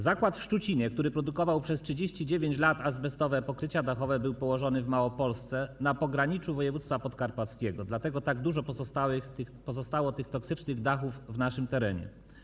Zakład w Szczucinie, który produkował przez 39 lat azbestowe pokrycia dachowe, był położony w Małopolsce na pograniczu województwa podkarpackiego, dlatego tak dużo pozostało tych toksycznych dachów na naszym terenie.